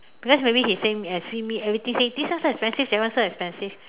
because maybe he say uh see me everything say this one so expensive that one so expensive